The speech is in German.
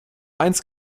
eins